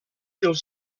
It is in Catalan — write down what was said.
els